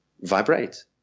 vibrate